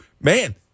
man